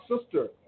sister